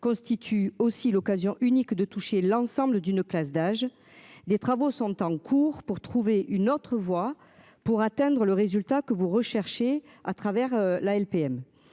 Constitue aussi l'occasion unique de toucher l'ensemble d'une classe d'âge. Des travaux sont en cours pour trouver une autre voie pour atteindre le résultat que vous recherchez à travers la LPM,